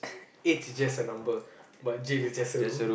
age is just a number but jail is just a room